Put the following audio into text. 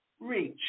Reach